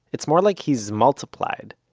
it's more like he's multiplied.